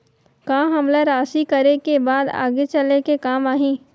का हमला राशि करे के बाद आगे चल के काम आही?